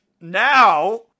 now